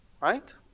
right